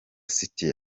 city